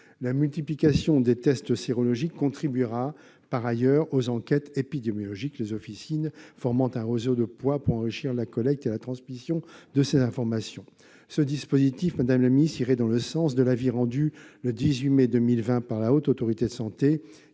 La multiplication des tests sérologiques contribuera par ailleurs aux enquêtes épidémiologiques, les officines formant un réseau de poids pour enrichir la collecte et la transmission de ces informations. Ce dispositif irait dans le sens de l'avis rendu le 18 mai 2020 par la Haute Autorité de santé,